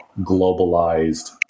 globalized